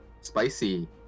Spicy